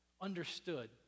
understood